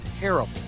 terrible